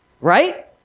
Right